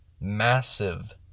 massive